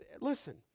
listen